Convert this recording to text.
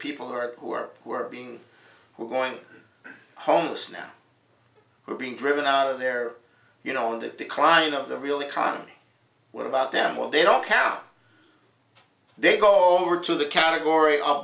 people who are who are who are being who are going home most now who are being driven out of their you know into decline of the real economy what about them will they all come out they go over to the category of